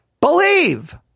believe